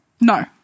No